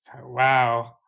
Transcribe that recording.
wow